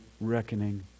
reckoning